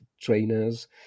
trainers